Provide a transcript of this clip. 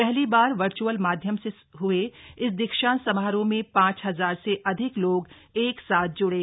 पहली बार वर्युअल माध्यम से हुए इस दीक्षांत समारोह में पांच हजार से अधिक लोग एक साथ ज्डें